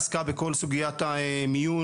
עסקה בכל סוגיית גיוס,